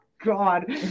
god